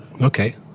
Okay